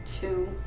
Two